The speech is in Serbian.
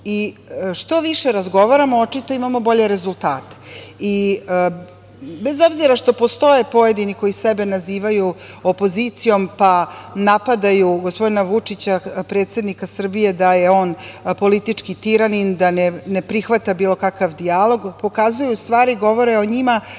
Što više razgovaramo, očito imamo bolje rezultate. Bez obzira što postoje pojedini koji sebe nazivaju opozicijom, pa napadaju gospodina Vučića, predsednika Srbije, da je on politički tiranin, da ne prihvata bilo kakav dijalog, pokazuju u stvari, govore o njima